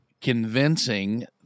convincing